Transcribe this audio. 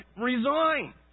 resign